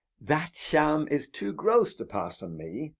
that sham is too gross to pass on me,